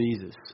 Jesus